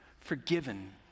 forgiven